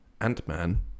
ant-man